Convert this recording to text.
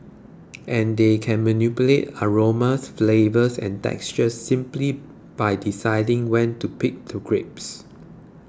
and they can manipulate aromas flavours and textures simply by deciding when to pick the grapes